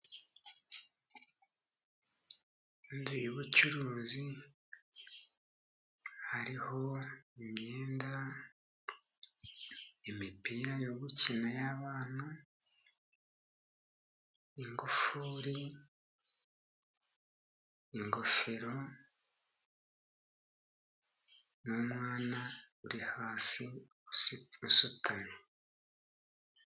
Inzu y'ubucuruzi hariho imyenda, imipira yo gukina y'abana, ingufuri, ingofero, n'umwana uri hasi usutamye.